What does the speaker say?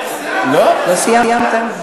לא סיימת?